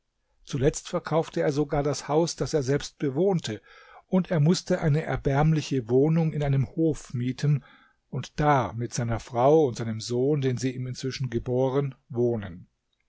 zuletzt verkaufte er sogar das haus das er selbst bewohnte und er mußte eine erbärmliche wohnung in einem hof mieten und da mit seiner frau und seinem sohn den sie ihm inzwischen geboren wohnen